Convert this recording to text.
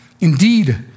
Indeed